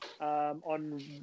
on